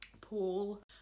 Paul